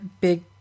big